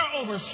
over